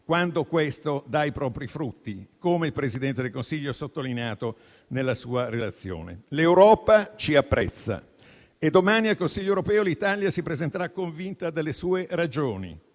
quando questo dà i propri frutti, come il Presidente del Consiglio ha sottolineato nella sua relazione. L'Europa ci apprezza e domani al Consiglio europeo l'Italia si presenterà convinta delle sue ragioni,